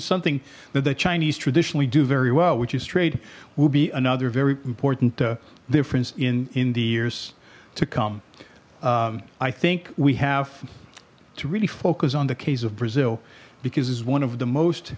something that the chinese traditionally do very well which is trade will be another very important difference in in the years to come i think we have to really focus on the case of brazil because it's one of the most